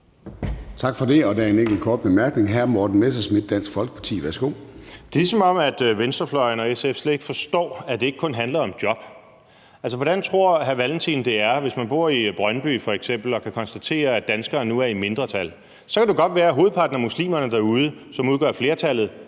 Tak for det. Og der er en enkelt kort bemærkning fra hr. Morten Messerschmidt, Dansk Folkeparti. Kl. 14:00 Morten Messerschmidt (DF): Det er, som om venstrefløjen og SF slet ikke forstår, at det ikke kun handler om job. Altså, hvordan tror hr. Carl Valentin det er, hvis man f.eks. bor i Brøndby og kan konstatere, at danskerne nu er i mindretal. Så kan det godt være, at hovedparten af muslimerne derude, som udgør flertallet,